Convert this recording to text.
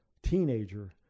teenager